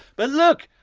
but look,